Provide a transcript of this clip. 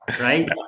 right